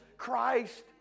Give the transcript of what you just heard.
Christ